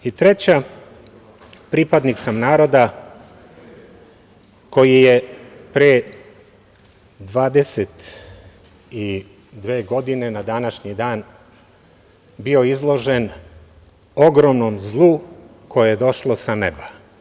I treća, pripadnik sam naroda koji je pre 22 godine na današnji dan bio izložen ogromnom zlu koje je došlo sa neba.